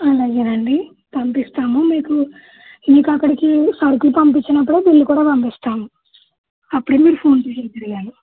అలాగేనండి పంపిస్తాము మీకు ఇంకా అక్కడికి సరుకులు పంపించినపుడే బిల్ కూడా పంపిస్తాము అప్పుడే మీరు ఫోన్పే చేద్దురు కానీ